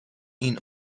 این